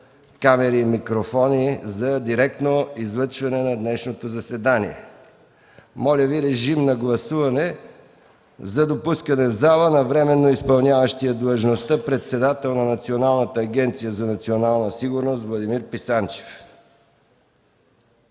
камери и микрофони, за директно излъчване на днешното заседание. Моля Ви, режим на гласуване за допускане в залата на временно изпълняващия длъжността председател на Държавна агенция „Национална сигурност” Владимир Писанчев.